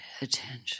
attention